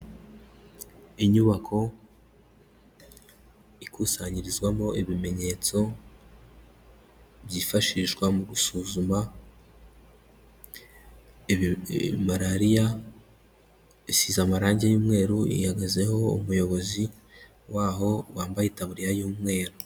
Inyubako, ikusanyirizwamo ibimenyetso, byifashishwa mu gusuzuma, ibi i marariya, isize amarange y'umweru ihagazeho umuyobozi, waho wambaye itaburiya y'umweru.